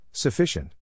Sufficient